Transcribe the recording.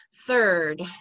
third